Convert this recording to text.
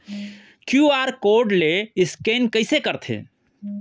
QR code ले scan कइसे करथे?